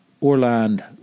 Orland